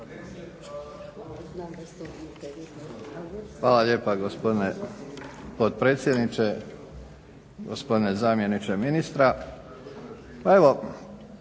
Hvala lijepa gospodine potpredsjedniče, gospodine zamjeniče ministra.